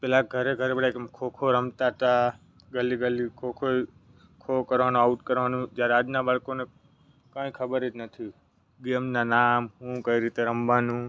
પહેલાં ઘરે ઘરે બધા એમ ખોખો રમતા હતા ગલી ગલી ખોખોએ ખો કરવાનું આઉટ કરવાનું જ્યારે આજના બાળકોને કાંઈ ખબર જ નથી ગેમના નામ હું કઈ રીતે રમવાનું